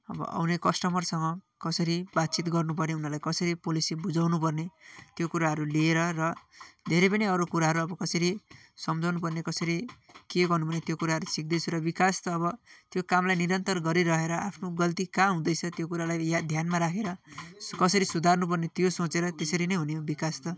अब आउने कस्टमरसँग कसरी बातचित गर्नु पर्ने उनीहरूलाई कसरी पोलिसी बुझाउनु पर्ने त्यो कुराहरू लिएर र धेरै पनि अरू कुराहरू अब कसरी सम्झाउनु पर्ने कसरी के गर्नु पर्ने त्यो कुराहरू सिक्दैछु र विकास त अब त्यो कामलाई निरन्तर गरिरहेर आफ्नो गल्ती कहाँ हुँदैछ त्यो कुरालाई या ध्यानमा राखेर कसरी सुधार्नु पर्ने त्यो सोचेर त्यसरी नै हुने हो विकास त